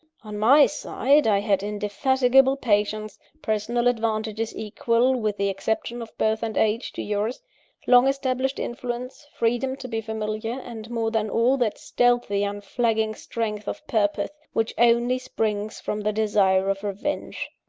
on my side, i had indefatigable patience personal advantages equal, with the exception of birth and age, to yours long-established influence freedom to be familiar and more than all, that stealthy, unflagging strength of purpose which only springs from the desire of revenge.